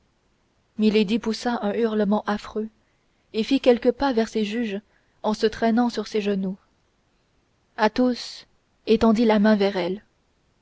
poussa un hurlement affreux et fit quelques pas vers ses juges en se traînant sur ses genoux athos étendit la main vers elle